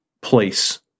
place